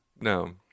No